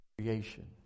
creation